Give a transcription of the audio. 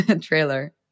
trailer